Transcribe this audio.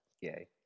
Yay